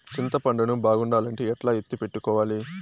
చింతపండు ను బాగుండాలంటే ఎట్లా ఎత్తిపెట్టుకోవాలి?